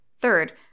Third